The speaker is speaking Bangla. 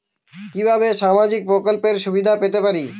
কিভাবে সামাজিক প্রকল্পের সুবিধা পেতে পারি?